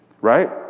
right